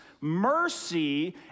mercy